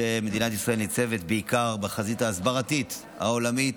שבה מדינת ישראל ניצבת בעיקר בחזית ההסברתית העולמית,